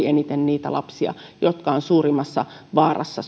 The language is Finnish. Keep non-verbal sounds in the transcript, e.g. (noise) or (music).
(unintelligible) eniten juuri niitä lapsia jotka ovat suurimmassa vaarassa (unintelligible)